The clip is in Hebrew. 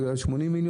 אולי 80 מיליון?